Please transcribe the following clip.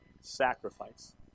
sacrifice